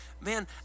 Man